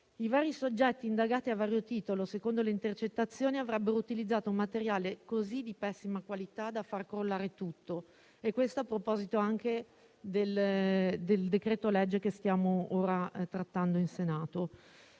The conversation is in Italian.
I vari soggetti, indagati a vario titolo, secondo le intercettazioni, avrebbe utilizzato un materiale così di pessima qualità da far crollare tutto e questo vale a proposito anche del decreto-legge che stiamo ora trattando in Senato.